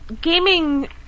gaming